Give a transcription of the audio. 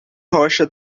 rocha